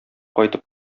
кайтып